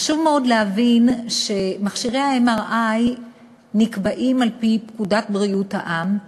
חשוב מאוד להבין שמספר מכשירי ה-MRI נקבע על-פי פקודת בריאות העם,